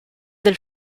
del